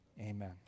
amen